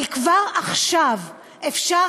אבל כבר עכשיו אפשר